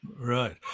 Right